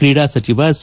ಕ್ರೀಡಾ ಸಚಿವ ಸಿ